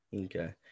Okay